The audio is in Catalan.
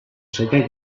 setè